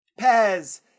Pez